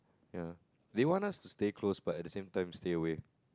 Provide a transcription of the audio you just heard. ya they want us to stay close but at the same time stay away